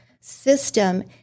system